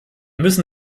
müssen